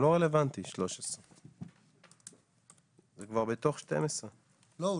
הוא לא רלוונטי 13. הוא כבר בתוך 12. לא,